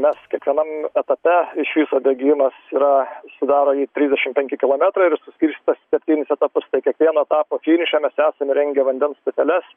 mes kiekvienam etape viso bėgimas yra sudaro jį trisdešim penki kilometrai ir suskirstytas į septynis etapus tai kiekvieno etapo finiše mes esam įrengę vandens stoteles